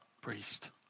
priest